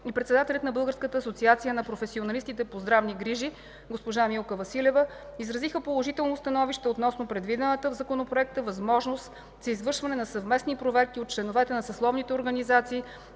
и председателят на Българската асоциация на професионалистите по здравни грижи госпожа Милка Василева изразиха положително становище относно предвидената в Законопроекта възможност за извършване на съвместни проверки от членове на съсловните организации